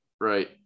Right